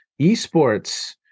esports